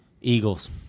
Eagles